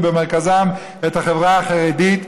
ובמרכזן את החברה החרדית,